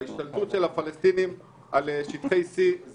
ההשתלטות של פלסטינים על שטחי C זה